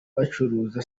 bacuruza